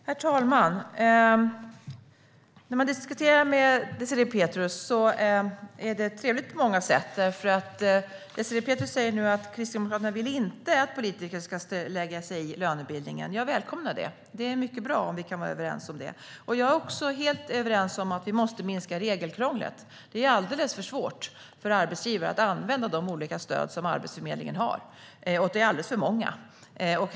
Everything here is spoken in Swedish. Herr talman! När man diskuterar med Désirée Pethrus är det trevligt på många sätt. Désirée Pethrus säger nu att Kristdemokraterna inte vill att politiker ska lägga sig i lönebildningen. Jag välkomnar det. Det är mycket bra om vi kan vara överens om det. Jag är också helt överens om att vi måste minska regelkrånglet. Det är alldeles för svårt för arbetsgivare att använda de olika stöd som Arbetsförmedlingen har, och de är alldeles för många.